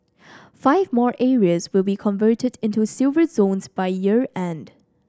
five more areas will be converted into Silver Zones by year end